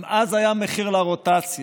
גם אז היה מחיר לרוטציה,